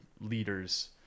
leader's